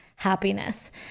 happiness